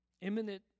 Imminent